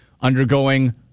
undergoing